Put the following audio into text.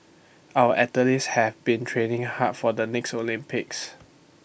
our athletes have been training hard for the next Olympics